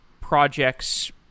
projects